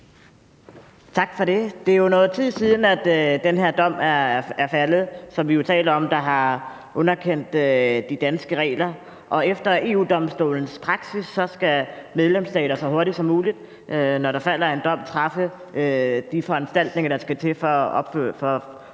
Tak for det. Det er jo noget tid siden, at den dom, som vi taler om, og som har underkendt de danske regler, er faldet. Og efter EU-Domstolens praksis skal medlemsstater så hurtigt som muligt, når der er faldet en dom, træffe de foranstaltninger, der skal til for at opfylde den.